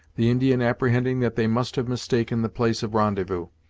the indian apprehending that they must have mistaken the place of rendezvous.